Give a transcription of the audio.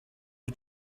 the